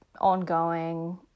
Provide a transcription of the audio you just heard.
ongoing